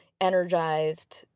energized